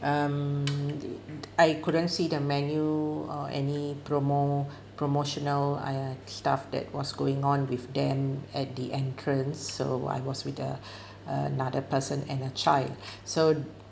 um I couldn't see the menu or any promo promotional uh stuff that was going on with them at the entrance so I was with the another person and a child so